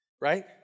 Right